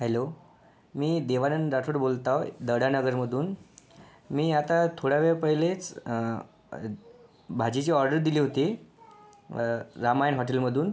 hello मी देवानंद राठोड बोलत आहो दर्डा नगरमधून मी आता थोड्या वेळ पहिलेच भाजीची ऑर्डर दिली होती रामायण हॉटेलमधून